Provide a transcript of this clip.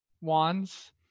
wands